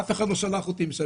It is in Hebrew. אף אחד לא שלח אותי משם,